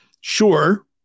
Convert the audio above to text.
Sure